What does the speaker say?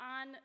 on